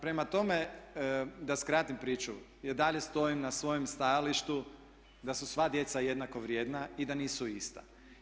Prema tome, da skratim priču ja i dalje stojim na svojem stajalištu da su sva djeca jednako vrijedna i da nisu ista.